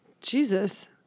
Jesus